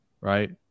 right